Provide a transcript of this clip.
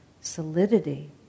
solidity